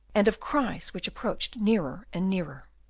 and of cries which approached nearer and nearer.